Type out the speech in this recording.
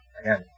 Again